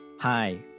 Hi